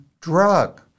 drug